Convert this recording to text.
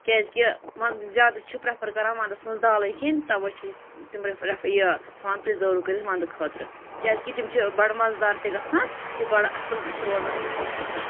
کیٛازِکہِ وَنٛدٕ زیادٕ چھِ پرٛٮ۪فَر کَران وَنٛدَس منٛز دالٕے کھیٚنۍ تَوَے چھِ أسۍ تِم یہِ تھاوان پِرٛزٔرٕو کٔرِتھ وَنٛدٕ خٲطرٕ کیٛازِکہِ تِم چھِ بَڑٕ مَزٕدار تہِ گژھان تہِ بَڑٕ اَصٕل تہِ چھُ روزان تِم صحتہٕ خٲطرٕ